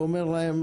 ואני אומר להם: